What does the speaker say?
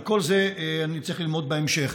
על כל זה אני צריך ללמוד בהמשך.